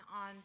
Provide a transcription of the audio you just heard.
on